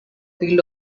field